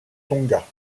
tonga